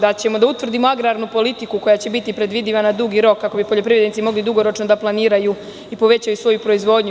Da ćemo da utvrdimo agrarnu politiku koja će biti predvidiva na dugi rok, ako bi poljoprivrednici mogli dugoročno da planiraju i povećaju svoju proizvodnju.